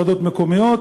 ועדות מקומיות,